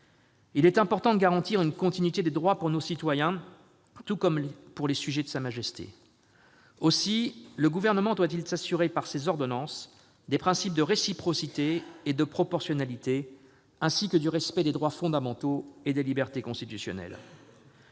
Il est important de garantir une continuité des droits pour nos concitoyens, tout comme pour les sujets de Sa Majesté. Aussi le Gouvernement doit-il s'assurer, par ces ordonnances, des principes de réciprocité et de proportionnalité, ainsi que du respect des droits fondamentaux et des libertés constitutionnelles.